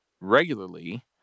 regularly